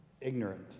ignorant